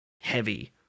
heavy